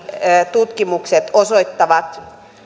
tutkimukset osoittavat